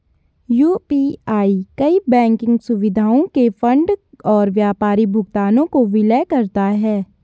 UPI कई banking सुविधाओं के फंड और व्यापारी भुगतानों को विलय करता है